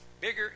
bigger